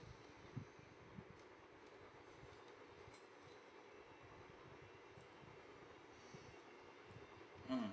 mm